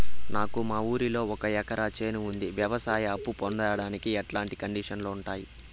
నాకు మా ఊరిలో ఒక ఎకరా చేను ఉంది, వ్యవసాయ అప్ఫు పొందడానికి ఎట్లాంటి కండిషన్లు ఉంటాయి?